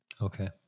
Okay